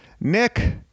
Nick